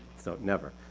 so, never.